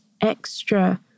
extra-